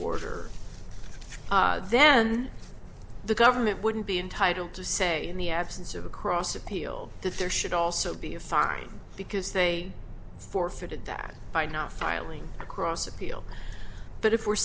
order then the government wouldn't be entitled to say in the absence of a cross appeal that there should also be a fine because they forfeited that by not filing a cross appeal but of